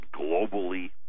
globally